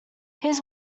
his